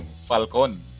Falcon